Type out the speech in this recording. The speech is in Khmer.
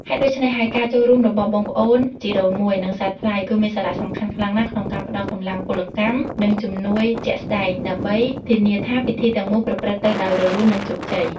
ហេតុដូច្នេះហើយ ការចូលរួមរបស់បងប្អូនជីដូនមួយ និងសាច់ថ្លៃ គឺមានសារៈសំខាន់ខ្លាំងណាស់ក្នុងការផ្តល់កម្លាំងពលកម្ម និងជំនួយជាក់ស្តែង ដើម្បីធានាថាពិធីទាំងមូលប្រព្រឹត្តទៅដោយរលូន និងជោគជ័យ។